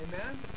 amen